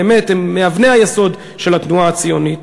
באמת הן מאבני היסוד של התנועה הציונית.